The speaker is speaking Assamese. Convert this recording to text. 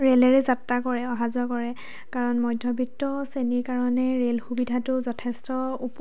ৰে'লেৰে যাত্ৰা কৰে অহা যোৱা কৰে কাৰণ মধ্যবিত্ত শ্ৰেণীৰ কাৰণে ৰে'ল সুবিধাটো যথেষ্ট উপ